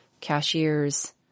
cashiers